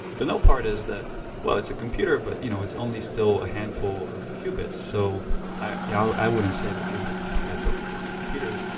the no part is that well it's a computer but you know it's only still a handful of qubits. so i you know i wouldn't say that we have yet built a quantum computer,